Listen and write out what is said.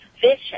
vicious